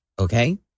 Okay